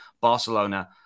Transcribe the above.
barcelona